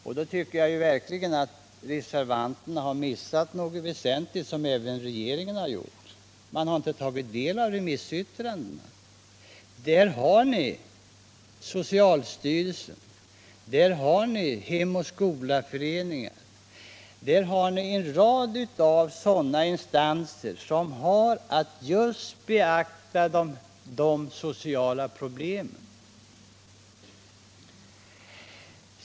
Jag tycker då att reservanterna liksom även regeringen har missat något väsentligt, nämligen att studera remissyttrandena från socialstyrelsen, Hem och skola-föreningar och en rad andra sådana instanser som har att beakta de sociala problemen.